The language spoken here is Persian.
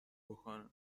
بکنه